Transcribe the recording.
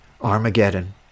Armageddon